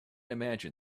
imagine